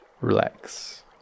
Relax